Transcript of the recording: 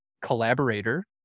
collaborator